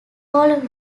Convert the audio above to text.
hall